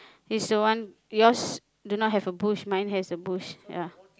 is the one yours do not a bush mine has a bush ya